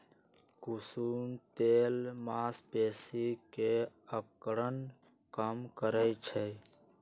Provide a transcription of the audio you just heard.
कुसुम तेल मांसपेशी के अकड़न कम करई छई